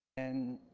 and